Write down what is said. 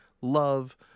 love